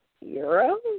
euro